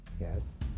Yes